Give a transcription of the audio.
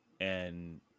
and-